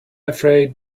afraid